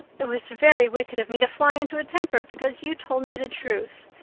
it was very wicked of me to fly into a temper because you told me the truth.